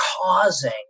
causing